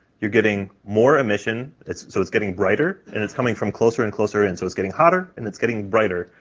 you're getting more emission it's so it's getting brighter, and it's coming from closer and closer in so it's getting hotter and it's getting brighter,